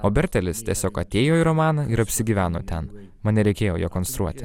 o bertelis tiesiog atėjo į romaną ir apsigyveno ten man nereikėjo jo konstruoti